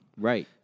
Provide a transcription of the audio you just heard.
Right